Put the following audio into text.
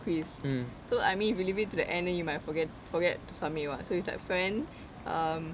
quiz so I mean if you leave it to the end then you might forget forget to submit [what] so it's like friend um